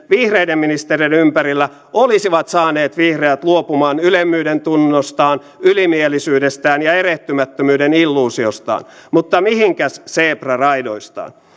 vihreiden ministereiden ympärillä olisivat saaneet vihreät luopumaan ylemmyydentunnostaan ylimielisyydestään ja erehtymättömyyden illuusiostaan mutta mihinkäs seepra raidoistaan